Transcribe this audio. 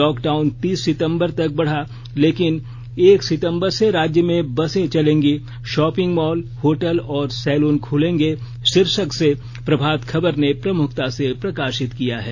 lockdown तीस सितंबर तक बढ़ा लेकिन एक सितंबर से राज्य में बसे चलेंगी शॉपिंग मॉल होटल और सैलून खुलेंगे शीर्षक से प्रभात खबर ने खबर को प्रमुखता से प्रकाशित किया है